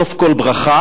בסוף כל ברכה,